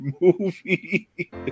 movie